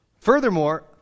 Furthermore